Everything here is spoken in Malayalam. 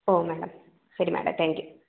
ഓ മാഡം ശരി മാഡം താങ്ക്യൂ